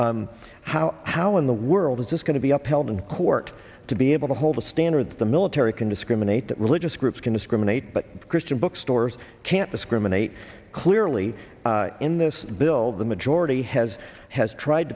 e how how in the world is this going to be upheld in court to be able to hold a standard that the military can discriminate that religious groups can discriminate but christian bookstores can't discriminate clearly in this bill the majority has has tried